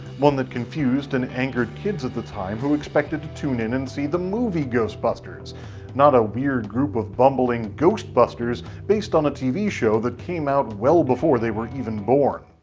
one that confused and angered kids at the time who expected to and and and see the movie ghostbusters not a weird group of bumbling ghost busters based on a tv show that came out well before they were even born.